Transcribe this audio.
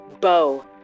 Bo